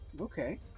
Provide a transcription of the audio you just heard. Okay